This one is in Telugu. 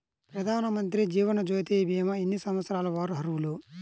ప్రధానమంత్రి జీవనజ్యోతి భీమా ఎన్ని సంవత్సరాల వారు అర్హులు?